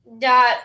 dot